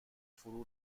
فرو